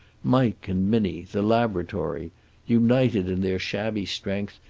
mike and minnie, the laboratory united in their shabby strength,